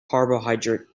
carbohydrate